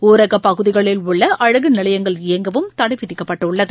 ஊரகப் பகுதிகளில் உள்ளஅழகுநிலையங்கள் இயங்கவும் தடைவிதிக்கப்பட்டுள்ளது